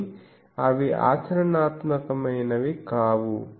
కాని అవి ఆచరణాత్మకమైనవి కావు